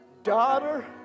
Daughter